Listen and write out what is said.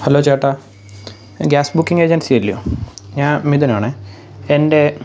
hello ചേട്ടാ gas booking ഏജൻസിയല്യോ ഞാൻ മിഥുനാണേ എൻ്റെ